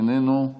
איננו,